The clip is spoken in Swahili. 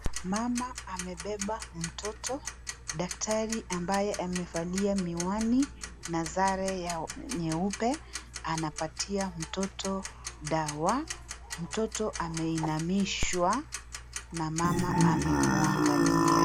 Mama amebeba mtoto. Daktari ambaye amevalia miwani na sare yao nyeupe anapatia mtoto dawa. Mtoto ameinamishwa na mama amemwangalia.